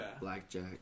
blackjack